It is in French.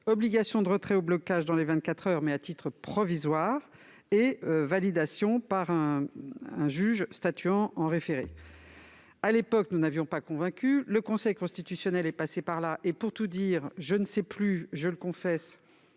obligation de retrait ou blocage dans les vingt-quatre heures, mais à titre provisoire, et validation par un juge statuant en référé. À l'époque, nous n'avions pas convaincu, mais le Conseil constitutionnel est passé par là, et, pour tout dire, je ne sais plus, je le confesse,